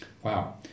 Wow